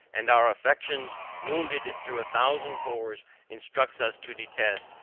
and our affections wounded through a thousand pores instruct us to detest,